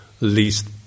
least